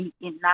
enough